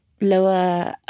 lower